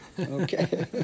Okay